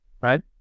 right